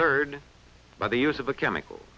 third by the use of the chemical